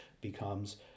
becomes